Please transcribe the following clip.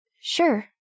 Sure